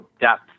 depth